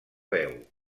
veu